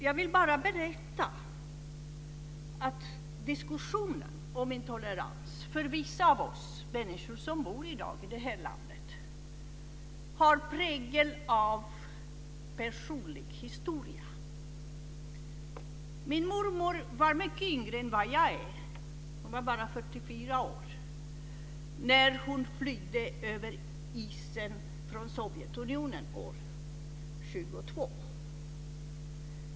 Jag vill bara berätta att diskussionen om intolerans för vissa av oss människor som bor i det här landet i dag har prägel av personlig historia. Min mormor var mycket yngre än vad jag är, bara 1922.